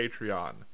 Patreon